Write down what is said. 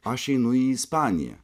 aš einu į ispaniją